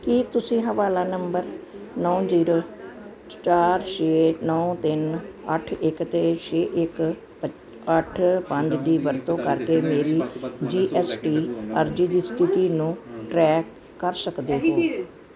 ਕੀ ਤੁਸੀਂ ਹਵਾਲਾ ਨੰਬਰ ਨੌਂ ਜੀਰੋ ਚਾਰ ਛੇ ਨੌਂ ਤਿੰਨ ਅੱਠ ਇੱਕ ਛੇ ਇੱਕ ਅੱਠ ਪੰਜ ਦੀ ਵਰਤੋਂ ਕਰਕੇ ਮੇਰੀ ਜੀ ਐੱਸ ਟੀ ਅਰਜ਼ੀ ਦੀ ਸਥਿਤੀ ਨੂੰ ਟਰੈਕ ਕਰ ਸਕਦੇ ਹੋ